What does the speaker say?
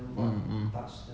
mm mm